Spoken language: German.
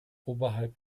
oberhalb